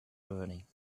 learning